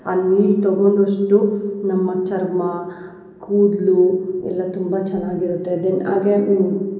ಆ ನೀರು ತೊಗೊಂಡಷ್ಟು ನಮ್ಮ ಚರ್ಮ ಕೂದಲು ಎಲ್ಲ ತುಂಬ ಚೆನ್ನಾಗಿರುತ್ತೆ ದೆನ್ ಹಾಗೇ